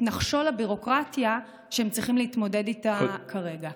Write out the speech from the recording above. נחשול הביורוקרטיה שהם צריכים להתמודד איתה כרגע.